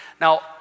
Now